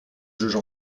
juge